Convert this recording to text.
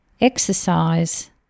exercise